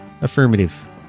Affirmative